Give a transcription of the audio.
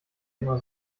immer